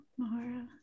Mahara